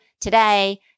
today